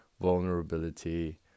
vulnerability